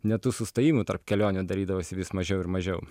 net tų sustojimų tarp kelionių darydavosi vis mažiau ir mažiau